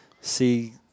see